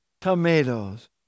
tomatoes